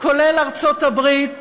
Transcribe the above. כולל ארצות-הברית,